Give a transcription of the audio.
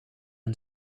een